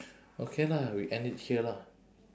okay lah we end it here lah